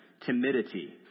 timidity